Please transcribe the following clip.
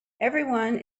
everyone